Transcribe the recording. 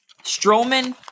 Strowman